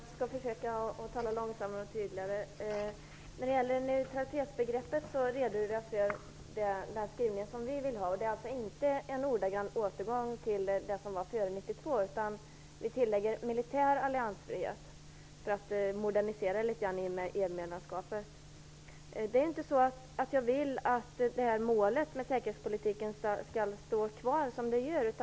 Fru talman! Jag skall försöka att tala långsammare och tydligare. När det gäller neutralitetsbegreppet redogjorde jag för den skrivning som vi vill ha. Det är alltså inte en ordagrann återgång till det som gällde före 1992. Vi lägger till "militär alliansfrihet" för att modernisera litet grand i och med EU-medlemskapet. Det är inte så att jag vill att målet med säkerhetspolitiken skall stå kvar som det gör.